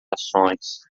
ações